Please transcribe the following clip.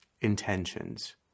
intentions